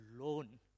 alone